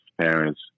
parents